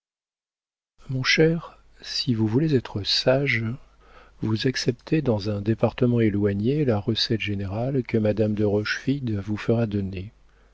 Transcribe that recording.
mon cher si vous voulez être sage vous accepterez dans un département éloigné la recette générale que madame de rochefide vous fera donner